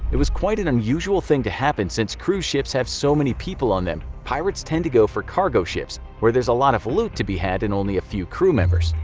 was quite an unusual thing to happen since cruise ships have so many people on them. pirates tend to go for cargo ships where there is a lot of loot to be had and only a few crew members.